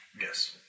Yes